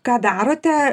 ką darote